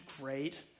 great